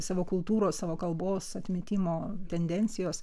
savo kultūros savo kalbos atmetimo tendencijos